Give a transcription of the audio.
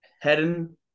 heading